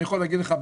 אני יכול להגיד לך,